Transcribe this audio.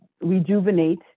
rejuvenate